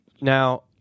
Now